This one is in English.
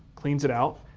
cleans it out,